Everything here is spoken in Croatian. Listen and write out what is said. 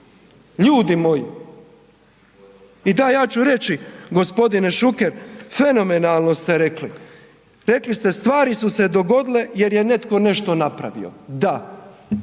Ljudi moji. I da ja ću reći gospodine Šuker, fenomenalno ste rekli. Rekli ste stvari su se dogodile jer je netko nešto napravio. Da,